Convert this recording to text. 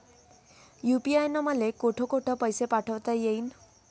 UPI न मले कोठ कोठ पैसे पाठवता येईन?